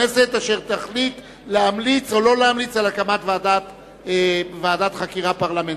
הכנסת אשר תחליט להמליץ או לא להמליץ על הקמת ועדת חקירה פרלמנטרית.